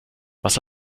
was